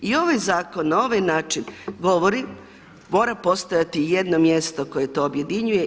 I ovaj zakon na ovaj način govori: mora postojati jedno mjesto koje to objedinjuje.